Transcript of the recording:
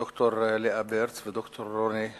ד"ר לאה ברץ וד"ר רוני ריינגולד,